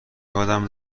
یادم